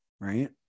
right